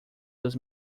dos